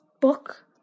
book